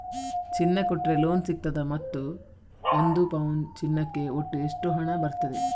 ಚಿನ್ನ ಕೊಟ್ರೆ ಲೋನ್ ಸಿಗ್ತದಾ ಮತ್ತು ಒಂದು ಪೌನು ಚಿನ್ನಕ್ಕೆ ಒಟ್ಟು ಎಷ್ಟು ಹಣ ಬರ್ತದೆ?